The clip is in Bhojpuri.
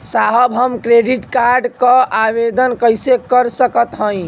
साहब हम क्रेडिट कार्ड क आवेदन कइसे कर सकत हई?